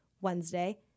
Wednesday